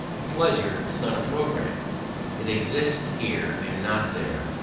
a pleasure is not a programme it exists here and not there,